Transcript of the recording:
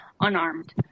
unarmed